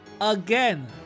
Again